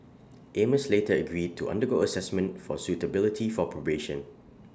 amos later agreed to undergo Assessment for suitability for probation